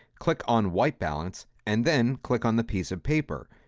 click on white balance and then click on the piece of paper.